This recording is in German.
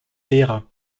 lehrer